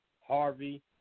Harvey